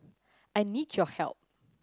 I need your help